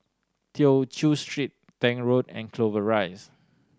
Tew Chew Street Tank Road and Clover Rise